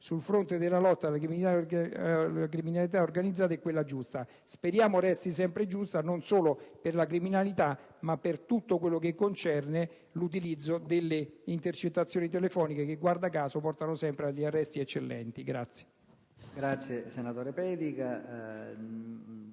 «sul fronte della lotta alla criminalità organizzata, è quella giusta». Speriamo resti sempre giusta, non solo con riferimento alla criminalità, ma per tutto ciò che concerne all'utilizzo delle intercettazioni telefoniche che, guarda caso, portano sempre agli arresti eccellenti.